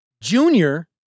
Junior